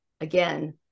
again